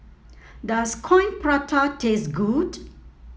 does Coin Prata taste good